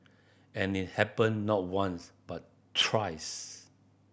and it happened not once but thrice